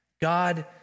God